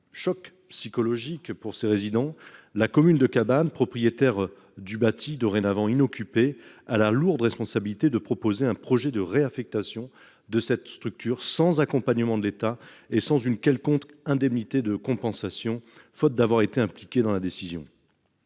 choc psychologique pour ces résidents. La commune de cabane, propriétaire du bâti dorénavant inoccupé a la lourde responsabilité de proposer un projet de réaffectation de cette structure sans accompagnement de l'État et sans une quelconque indemnité de compensation, faute d'avoir été impliqué dans la décision.